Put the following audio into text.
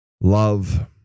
love